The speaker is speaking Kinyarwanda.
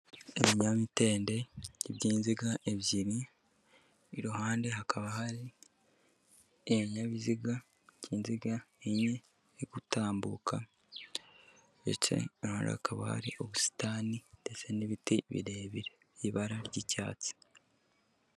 Ibinyamitende by'inziga ebyiri, iruhande hakaba hari ibinyabiziga by'inziga enye, biri gutambuka, hakaba hari ubusitani ndetse n'ibiti birebire by'ibara ry'icyatsi.